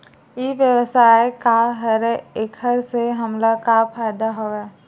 ई व्यवसाय का हरय एखर से हमला का फ़ायदा हवय?